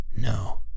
No